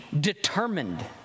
determined